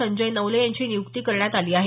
संजय नवले यांची नियुक्ती करण्यात आली आहे